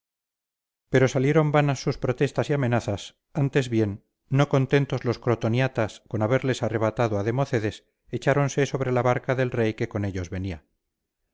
pero salieron vanas sus protestas y amenazas antes bien no contentos los crotoniatas con haberles arrebatado a democedes echáronse sobre la barca del rey que con ellos venía